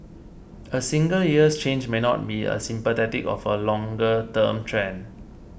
a single year's change may not be symptomatic of a longer term trend